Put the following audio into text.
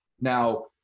Now